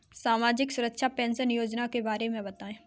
सामाजिक सुरक्षा पेंशन योजना के बारे में बताएँ?